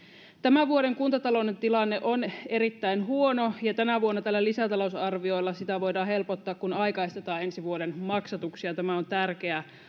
tämän vuoden kuntatalouden tilanne on erittäin huono ja tänä vuonna tällä lisätalousarviolla sitä voidaan helpottaa kun aikaistetaan ensi vuoden maksatuksia tämä on tärkeä